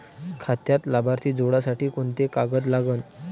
खात्यात लाभार्थी जोडासाठी कोंते कागद लागन?